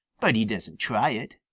but he doesn't try it.